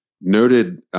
noted